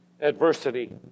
adversity